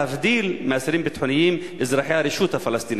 להבדיל מאסירים ביטחוניים אזרחי הרשות הפלסטינית.